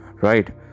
Right